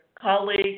colleague